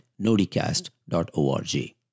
nodicast.org